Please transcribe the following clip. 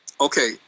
Okay